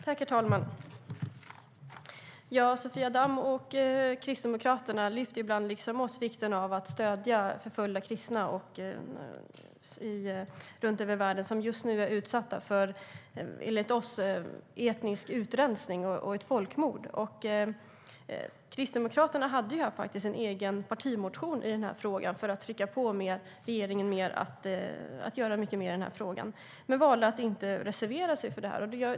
Herr talman! Sofia Damm och Kristdemokraterna lyfter ibland, liksom vi, vikten av att stödja förföljda kristna runt om i världen som just nu, enligt oss, är utsatta för etnisk utrensning och ett folkmord. Kristdemokraterna hade en egen partimotion för att trycka på regeringen att göra mycket mer i frågan, men valde att inte reservera sig för den.